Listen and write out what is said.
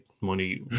money